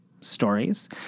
stories